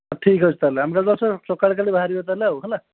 ଠିକ୍ ଅଛି ତା'ହେଲେ ଆମେ କାଲି ତା'ହେଲେ ସକାଳେ କାଲି ବାହାରିବା ତା'ହେଲେ ଆଉ